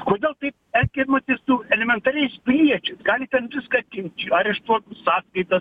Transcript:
kodėl taip elgiamasi ir su elementariais piliečiai gali ten viską atimt areštuoti sąskaitas